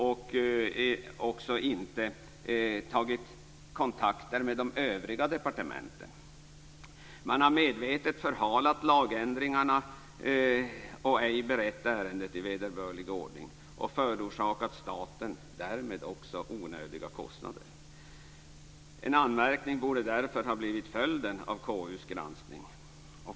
Man har inte heller tagit kontakter med de övriga departementen. Man har medvetet förhalat lagändringarna och ej berett ärendet i vederbörlig ordning. Därmed har man också förorsakat staten onödiga kostnader. Därför borde en anmärkning ha blivit följden av KU:s granskning.